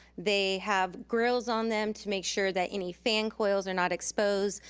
they have grills on them to make sure that any fan coils are not exposed,